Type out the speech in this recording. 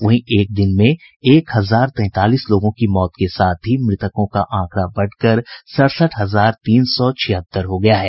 वहीं एक दिन में एक हजार तैंतालीस लोगों की मौत के साथ ही मृतकों का आंकड़ा बढ़कर सड़सठ हजार तीन सौ छिहत्तर हो गया है